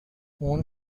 اون